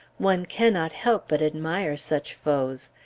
one cannot help but admire such foes!